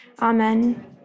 Amen